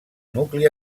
nucli